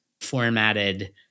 formatted